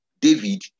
David